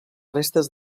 restes